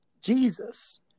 Jesus